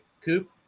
coop